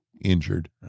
injured